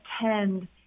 attend